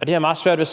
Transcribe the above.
Venstre